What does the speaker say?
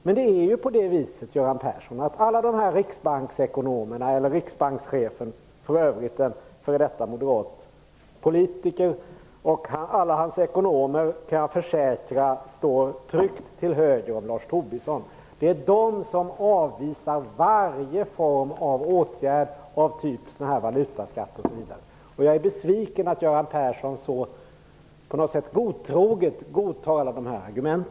Men alla Riksbanksekonomer och Riksbankschefen, för övrigt f.d. moderat politiker, som står tryggt till höger om Lars Tobisson, avvisar varje form av åtgärd som t.ex. en valutaskatt. Jag är besviken på att Göran Persson så godtroget godtar dessa argument.